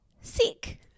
sick